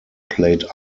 played